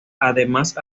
además